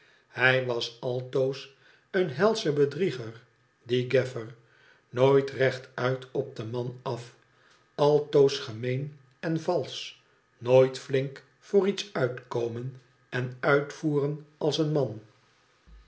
hij was altoos een helsche bedrieger die gaffer nooit rechtuit op den man af altoos gemeen en valsch nooit flink voor iets uitkomen en uitvoeren als een man